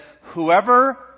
whoever